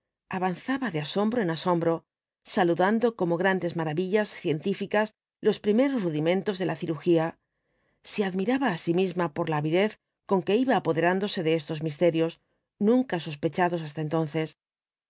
avanzaba de asombro en asombro saludando como grandes maravillas científicas los primeros rudimentos de la cirugía se admiraba á sí misma por la avidez con que iba apoderándose de estos misterios nunca sospechados hasta entonces